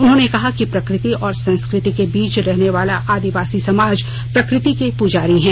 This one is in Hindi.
उन्होंने कहा कि प्रकृति और संस्कृति के बीच रहने वाला आदिवासी समाज प्रकृति के पुजारी हैं